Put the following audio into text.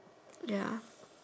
ya